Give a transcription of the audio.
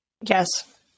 Yes